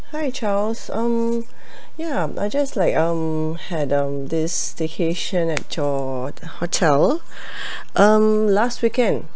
hi charles um ya I'm just like um had um this staycation at your hotel um last weekend